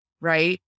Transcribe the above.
Right